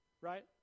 right